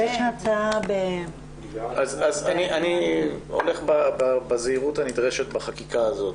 אני הולך בזהירות הנדרשת בחקיקה הזו,